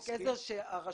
בחוקי העזר של הפנימיות,